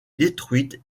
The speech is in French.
détruite